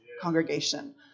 congregation